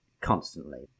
constantly